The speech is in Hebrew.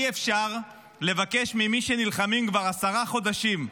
אי-אפשר לבקש ממי שנלחמים כבר עשרה חודשים,